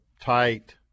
tight